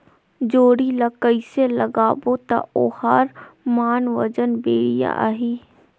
जोणी ला कइसे लगाबो ता ओहार मान वजन बेडिया आही?